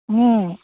હં